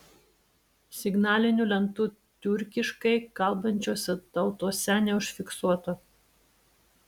signalinių lentų tiurkiškai kalbančiose tautose neužfiksuota